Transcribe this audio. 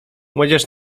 młodzież